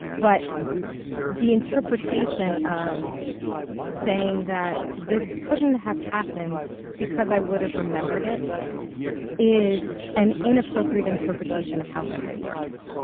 but the interpretation of saying that this couldn't have happened because i would have remembered it is an inappropriate interpretation of how memory works.